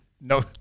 No